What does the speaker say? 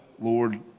Lord